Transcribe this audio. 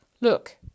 Look